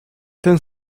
ten